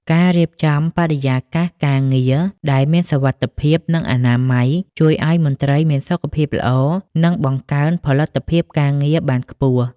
ការរៀបចំបរិយាកាសការងារដែលមានសុវត្ថិភាព និងអនាម័យ ជួយឱ្យមន្ត្រីមានសុខភាពល្អ និងបង្កើនផលិតភាពការងារបានខ្ពស់។